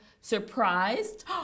surprised